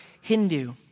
Hindu